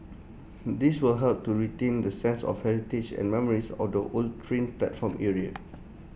this will help to retain the sense of heritage and memories of the old train platform area